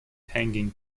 hanging